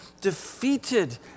defeated